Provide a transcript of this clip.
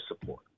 support